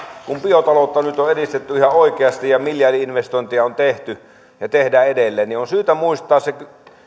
kun biotaloutta nyt on edistetty ihan oikeasti ja miljardi investointeja on tehty ja tehdään edelleen niin on syytä muistaa se